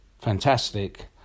Fantastic